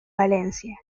valencia